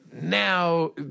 Now